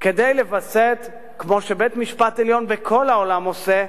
כדי לווסת, כמו שבית-משפט עליון בכל העולם עושה,